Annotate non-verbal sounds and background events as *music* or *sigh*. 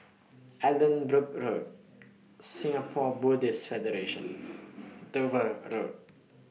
Allanbrooke Road Singapore Buddhist Federation *noise* Dover Road